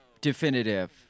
definitive